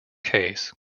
case